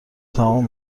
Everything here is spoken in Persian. تمام